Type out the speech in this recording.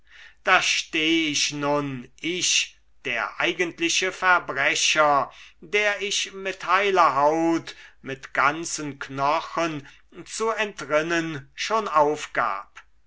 da steh ich nun ich der eigentliche verbrecher der ich mit heiler haut mit ganzen knochen zu entrinnen schon aufgab